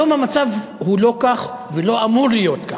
היום המצב לא כך והוא לא אמור להיות כך,